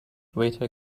waiter